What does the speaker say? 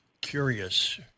curious